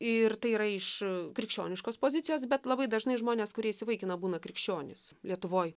ir tai yra iš krikščioniškos pozicijos bet labai dažnai žmonės kurie įsivaikina būna krikščionys lietuvoj